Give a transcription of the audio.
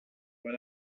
when